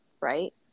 right